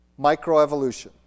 Microevolution